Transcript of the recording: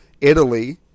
Italy